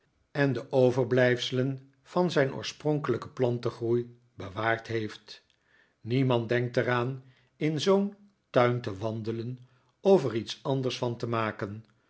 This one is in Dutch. en de overblijfselen van zijn oorspronkelijken plantengroei bewaard heeft niemand denkt er aan in zoo'n tuin te wandelen of er iets anders van te maken